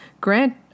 Grant